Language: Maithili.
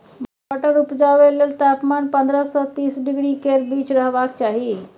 मटर उपजाबै लेल तापमान पंद्रह सँ तीस डिग्री केर बीच रहबाक चाही